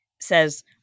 says